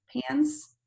pans